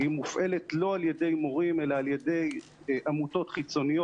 היא מופעלת לא על ידי מורים אלא על ידי עמותות חיצוניות